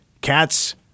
Cats